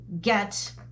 get